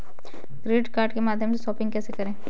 Credit card के माध्यम से शॉपिंग कैसे करें?